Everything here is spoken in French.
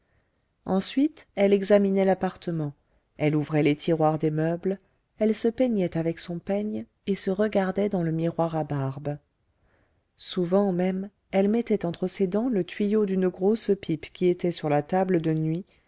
ensuite elle examinait l'appartement elle ouvrait les tiroirs des meubles elle se peignait avec son peigne et se regardait dans le miroir à barbe souvent même elle mettait entre ses dents le tuyau d'une grosse pipe qui était sur la table de nuit